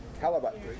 Halibut